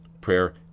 prayer